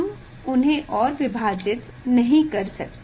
हम उन्हें और विभाजित नहीं कर सकते